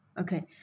Okay